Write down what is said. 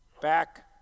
back